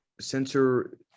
sensor